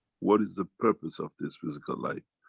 what is the purpos of this physical life?